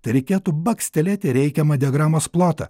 tereikėtų bakstelėti reikiamą diagramos plotą